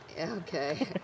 Okay